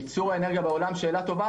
שאלה טובה.